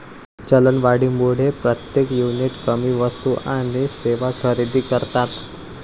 चलनवाढीमुळे प्रत्येक युनिट कमी वस्तू आणि सेवा खरेदी करतात